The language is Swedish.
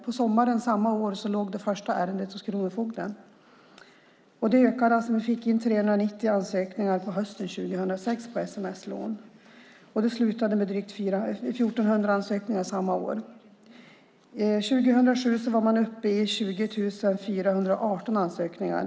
På sommaren samma år låg det första ärendet hos kronofogden. Det ökade. Man fick in 390 ansökningar om betalningsföreläggande på hösten 2006 som gällde sms-lån. Det slutade med drygt 1 400 ansökningar samma år. 2007 var man uppe i 20 418 ansökningar.